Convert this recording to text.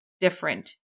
different